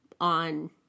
on